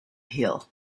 hill